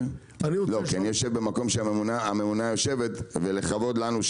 לא כי אני יושב במקום שהממונה יושבת ולכבוד לנו,